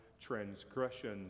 transgression